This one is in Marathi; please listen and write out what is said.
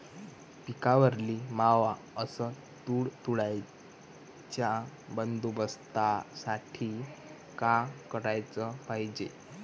पिकावरील मावा अस तुडतुड्याइच्या बंदोबस्तासाठी का कराच पायजे?